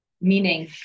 Meaning